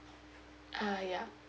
uh ya